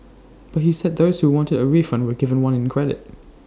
but he said those who wanted A refund were given one in credit